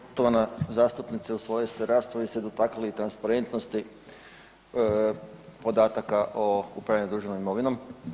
Poštovana zastupnice u svojoj ste raspravi dotaknuli se i transparentnosti podataka o upravljanja državnom imovinom.